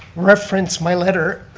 reference my letter